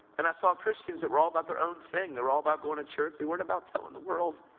and i saw christians that were all about their own thing they were all about going to church. they weren't about telling the world.